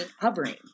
hovering